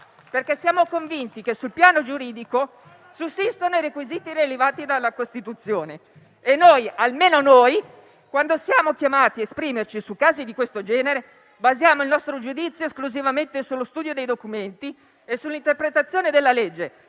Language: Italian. infatti convinti che sul piano giuridico sussistano i requisiti indicati dalla Costituzione e noi - almeno noi - quando siamo chiamati a esprimerci su casi di questo genere basiamo il nostro giudizio esclusivamente sullo studio dei documenti e sull'interpretazione della legge,